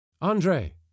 Andre